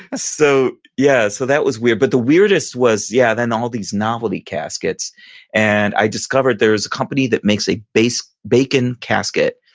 ah so yeah, so that was weird. but the weirdest was, yeah, then all these novelty caskets and i discovered there's a company that makes a bacon casket,